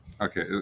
Okay